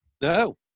no